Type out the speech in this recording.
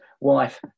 wife